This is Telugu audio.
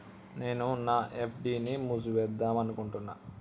నేను నా ఎఫ్.డి ని మూసివేద్దాంనుకుంటున్న